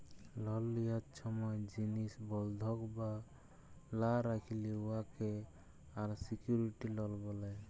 লল লিয়ার ছময় জিলিস বল্ধক লা রাইখলে উয়াকে আলসিকিউর্ড লল ব্যলে